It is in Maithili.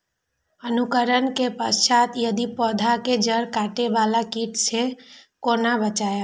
अंकुरण के पश्चात यदि पोधा के जैड़ काटे बाला कीट से कोना बचाया?